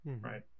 right